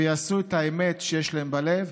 ויעשו את האמת שיש להם בלב,